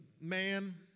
man